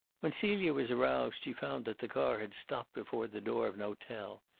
when celia was aroused she found that the car had stopped before the door of an hotel,